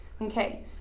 Okay